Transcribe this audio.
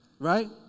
Right